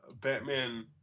Batman